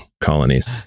colonies